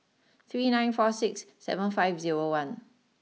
three nine four six seven five zero one